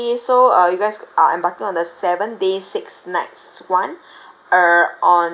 so uh you guys are embarking on the seven days six nights one uh on